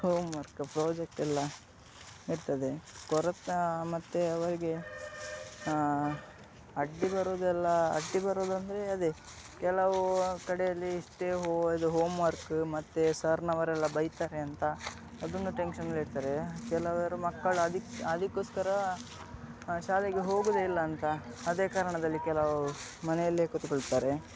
home work ಪ್ರಾಜೆಕ್ಟೆಲ್ಲ ಇರ್ತದೆ ಕೊರಕು ಮತ್ತೆ ಅವರಿಗೆ ಅಡ್ಡಿ ಬರುವುದೆಲ್ಲ ಅಡ್ಡಿ ಬರುವುದೆಂದ್ರೆ ಅದೇ ಕೆಲವು ಕಡೆಯಲ್ಲಿ ಇಷ್ಟೇ ಹೋ ಇದು ಹೋಮ್ ವರ್ಕ ಮತ್ತು ಸರ್ನವರೆಲ್ಲ ಬೈತಾರೆ ಅಂತ ಅದನ್ನು ಟೆನ್ಷನ್ನಲ್ಲಿರ್ತಾರೆ ಕೆಲವರು ಮಕ್ಕಳು ಅದಕ್ಕೆ ಅದಕ್ಕೋಸ್ಕರ ಶಾಲೆಗೆ ಹೋಗುವುದೇ ಇಲ್ಲ ಅಂತ ಅದೇ ಕಾರಣದಲ್ಲಿ ಕೆಲವು ಮನೆಯಲ್ಲೇ ಕೂತ್ಕೊಳ್ತಾರೆ